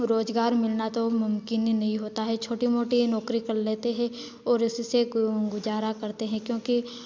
रोजगार मिलना तो मुमकिन ही नहीं होता है छोटी मोटी ही नोकरी कर लेते हैं और उससे गुजारा करते हैं क्योंकि